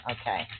Okay